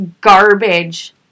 garbage